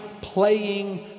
playing